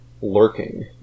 lurking